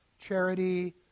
charity